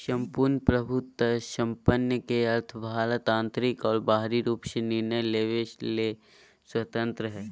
सम्पूर्ण प्रभुत्वसम्पन् के अर्थ भारत आन्तरिक और बाहरी रूप से निर्णय लेवे ले स्वतन्त्रत हइ